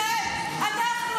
ותסתלקו מהמקום הזה -- מה את אומרת?